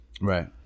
Right